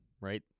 right